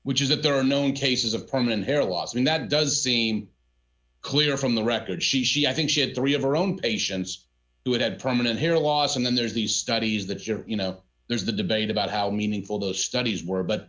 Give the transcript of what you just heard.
which is that there are known cases of pregnant hair loss and that does seem clear from the record she she i think she had three of her own patients who had had permanent hair loss and then there's these studies that you're you know there's the debate about how meaningful the studies were but